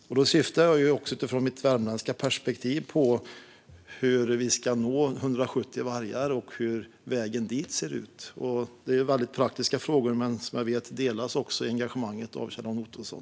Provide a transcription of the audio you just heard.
Jag syftar utifrån mitt värmländska perspektiv på hur vi ska nå 170 vargar och hur vägen dit ser ut. Det är väldigt praktiska frågor. Men jag vet att engagemanget delas av Kjell-Arne Ottosson.